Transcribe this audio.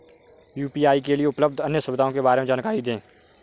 UPI के लिए उपलब्ध अन्य सुविधाओं के बारे में जानकारी दें?